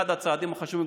אחד הצעדים החשובים,